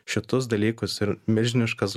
šitus dalykus ir milžiniškas